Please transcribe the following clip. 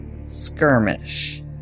skirmish